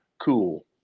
cool